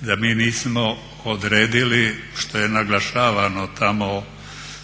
da mi nismo odredili što je naglašavano tamo